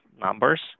numbers